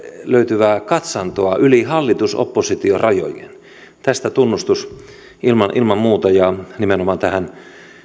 löytyvää katsantoa yli hallitus oppositiorajojen tästä tunnustus ilman ilman muuta nimenomaan tähän